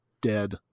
Dead